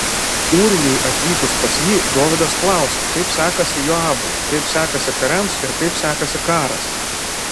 ūrijai atvykus pas jį dovydas klausė kaip sekasi joabui kaip sekasi kariams ir kaip sekasi karas